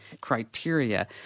criteria